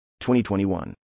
2021